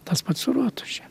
tas pats su rotuše